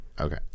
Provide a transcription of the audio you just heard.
okay